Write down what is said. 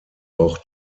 auch